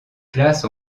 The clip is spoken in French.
classe